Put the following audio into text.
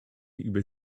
über